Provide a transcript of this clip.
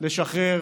לשחרר